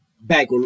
back